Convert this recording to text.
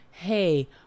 hey